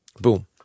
Boom